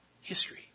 history